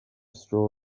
straw